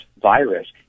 virus